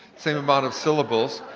same amount of syllables,